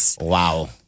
Wow